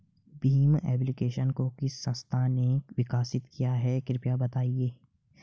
Bhim application को किस संस्था ने विकसित किया है कृपया बताइए?